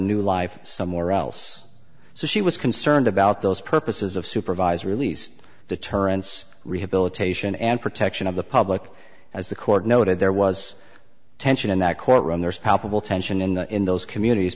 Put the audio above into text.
new life somewhere else so she was concerned about those purposes of supervised release the turrets rehabilitation and protection of the public as the court noted there was tension in that courtroom there was palpable tension in in those communities